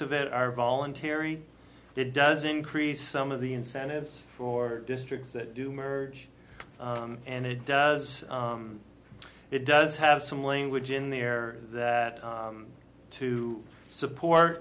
of it are voluntary it does increase some of the incentives for districts that do merge and it does it does have some language in there that to support